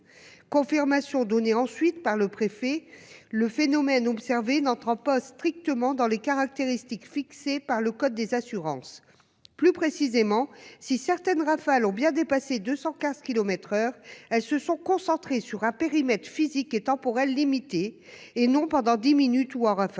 préfet a ensuite confirmé, le phénomène observé n'entrant pas strictement dans les caractéristiques fixées par le code des assurances. Plus précisément, si certaines rafales ont bien dépassé 215 kilomètres par heure, elles se sont concentrées sur un périmètre physique et temporel limité et non pendant dix minutes ou en rafales.